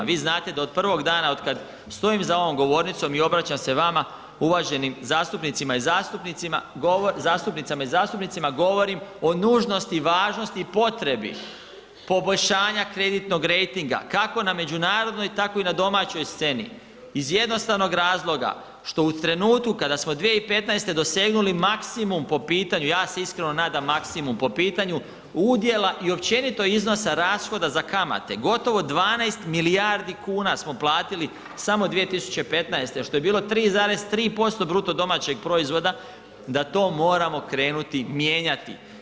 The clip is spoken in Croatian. Vi znate da od prvog dana od kad stojim za ovom govornicom i obraćam se vama, uvaženim zastupnicama i zastupnicima, govorim o nužnosti i važnosti i potrebi poboljšanja kreditnog rejtinga, kako na međunarodnoj, tako i na domaćoj sceni iz jednostavnog razloga što u trenutku kada smo 2015. dosegnuli maksimum po pitanju, ja se iskreno nadam maksimum po pitanju udjela i općenito iznosa rashoda za kamate, gotovo 12 milijardi kuna smo platili samo 2015., što je bilo 3,3% BDP-a da to moramo krenuti mijenjati.